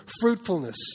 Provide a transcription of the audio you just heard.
fruitfulness